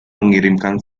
mengirimkan